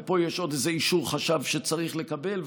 ופה יש עוד איזה אישור חשב שצריך לקבל,